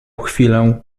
chwilę